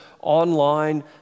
online